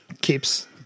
keeps